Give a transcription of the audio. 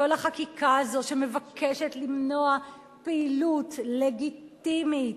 כל החקיקה הזאת שמבקשת למנוע פעילות לגיטימית,